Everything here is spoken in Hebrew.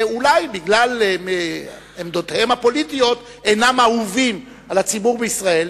אולי בגלל עמדותיהם הפוליטיות אינם אהובים על הציבור בישראל,